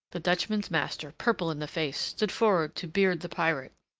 the dutchman's master, purple in the face, stood forward to beard the pirate,